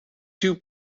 two